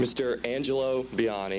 mr angelo beyond